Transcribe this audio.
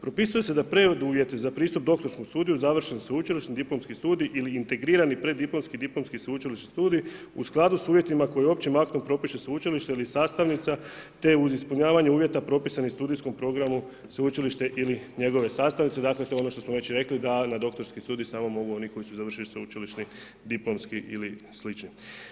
Propisuju se da preduvjeti za pristup doktorskom studiju završen sveučilišni diplomski studij ili integrirani preddiplomski i diplomski sveučilišni studij u skladu s uvjetima koji općim aktom propiše sveučilište ili sastavnica te uz ispunjavanje uvjeta propisanih u studijskom programu sveučilište ili njegove sastavnice, dakle to je ono što smo već rekli da na doktorski studij samo mogu oni koji su završili sveučilišni diplomski ili slični.